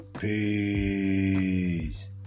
Peace